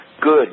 Good